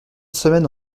semaine